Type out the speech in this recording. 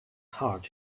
heart